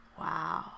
Wow